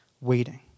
waiting